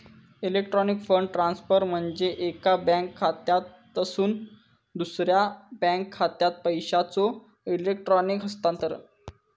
electronic fund transfer म्हणजे एका bank खात्यातसून दुसरा बँक खात्यात पैशांचो इलेक्ट्रॉनिक हस्तांतरण